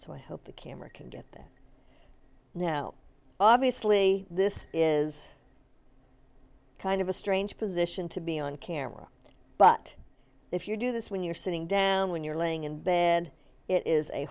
so i hope the camera can get that now obviously this is kind of a strange position to be on camera but if you do this when you're sitting down when you're laying in bed it is a